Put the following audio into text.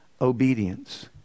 obedience